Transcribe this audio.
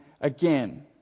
again